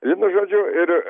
vienu žodžiu ir